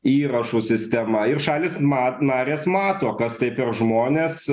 įrašų sistema ir šalys mat narės mato kas tai per žmonės